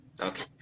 Okay